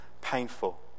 painful